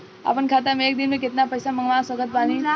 अपना खाता मे एक दिन मे केतना पईसा मँगवा सकत बानी?